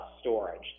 storage